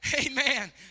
Amen